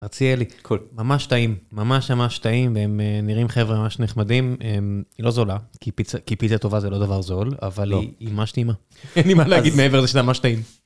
אציע לי, ממש טעים, ממש ממש טעים, והם נראים חבר'ה ממש נחמדים. היא לא זולה, כי פיצה טובה זה לא דבר זול, אבל היא ממש טעימה. אין לי מה להגיד מעבר לזה שזה ממש טעים.